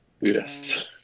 Yes